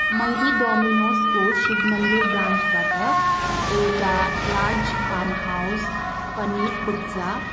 मैले डोमिनोजको शिव मन्दिर ब्रान्चबाट एउटा large farm house paneer pizza